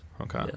okay